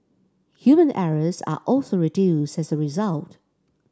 human errors are also reduced as a result